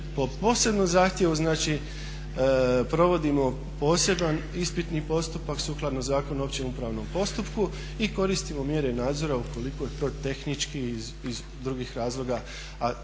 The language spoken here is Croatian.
po posebnom zahtjevu, znači provodimo poseban ispitni postupak sukladno Zakonu o općem upravnom postupku i koristimo mjere nadzora ukoliko je to tehnički i iz drugih razloga